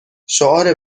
شعار